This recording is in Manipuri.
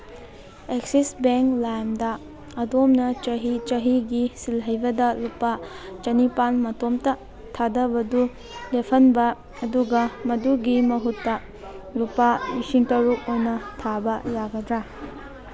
ꯑꯦꯛꯁꯤꯁ ꯕꯦꯡ ꯂꯥꯏꯝꯗ ꯑꯗꯣꯝꯅ ꯆꯍꯤ ꯆꯍꯤꯒꯤ ꯁꯤꯜꯍꯩꯕꯗ ꯂꯨꯄꯥ ꯆꯅꯤꯄꯥꯟ ꯃꯇꯣꯝꯇ ꯊꯥꯗꯕꯗꯨ ꯂꯦꯞꯍꯟꯕ ꯑꯗꯨꯒ ꯃꯗꯨꯒꯤ ꯃꯍꯨꯠꯇ ꯂꯨꯄꯥ ꯂꯤꯁꯤꯡ ꯇꯔꯨꯛ ꯑꯣꯏꯅ ꯊꯥꯕ ꯌꯥꯒꯗ꯭ꯔꯥ